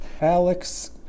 alex